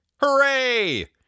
Hooray